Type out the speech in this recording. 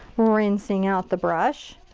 rinsing out the brush.